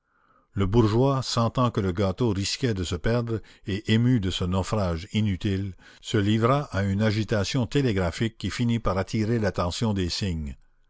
le bourgeois sentant que le gâteau risquait de se perdre et ému de ce naufrage inutile se livra à une agitation télégraphique qui finit par attirer l'attention des cygnes